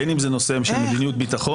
בין אם זה בנושא של מדיניות ביטחון,